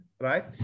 Right